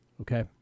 okay